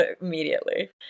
Immediately